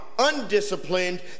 undisciplined